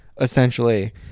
essentially